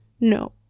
No